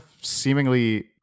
seemingly